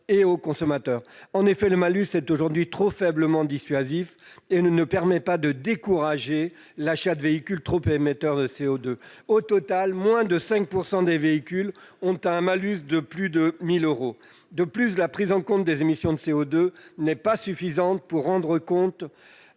et aux consommateurs. En effet, le malus est aujourd'hui trop faiblement dissuasif et ne permet pas de décourager l'achat de véhicules trop émetteurs de CO2. Au total, moins de 5 % des véhicules subissent un malus de plus de 1 000 euros. De plus, la prise en compte des émissions de CO2 n'est pas suffisante pour rendre compte